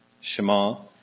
Shema